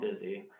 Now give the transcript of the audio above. busy